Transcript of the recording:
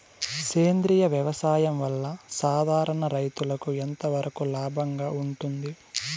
సేంద్రియ వ్యవసాయం వల్ల, సాధారణ రైతుకు ఎంతవరకు లాభంగా ఉంటుంది?